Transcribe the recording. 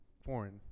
Foreign